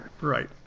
right